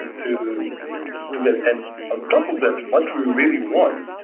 to to get. and and on top of that, what we really want,